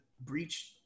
breach